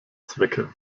zwecke